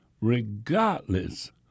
regardless